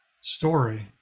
story